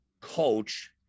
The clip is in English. coach